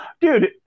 Dude